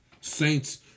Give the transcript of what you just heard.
Saints